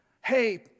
hey